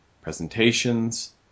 presentations